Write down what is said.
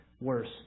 worse